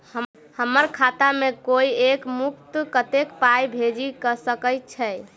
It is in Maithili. हम्मर खाता मे कोइ एक मुस्त कत्तेक पाई भेजि सकय छई?